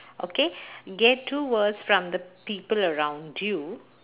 okay get two words from the people around you